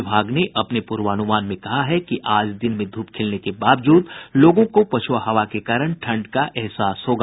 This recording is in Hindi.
विभाग ने अपने पूर्वानुमान में कहा है कि आज दिन में धूप खिलने के बावजूद लोगों को पछुआ हवा के कारण ठंड का एहसास होगा